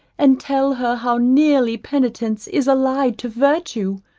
and tell her how nearly penitence is allied to virtue.